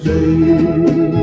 Day